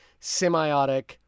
semiotic